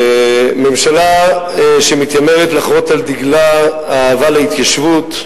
ממשלה שמתיימרת לחרות על דגלה אהבה להתיישבות,